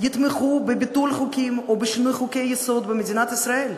יתמכו בביטול חוקים ובשינוי חוקי-יסוד במדינת ישראל,